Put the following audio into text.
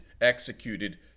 executed